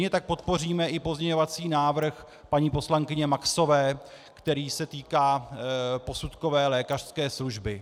Stejně tak podpoříme i pozměňovací návrh paní poslankyně Maxové, který se týká posudkové lékařské služby.